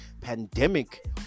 pandemic